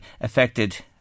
affected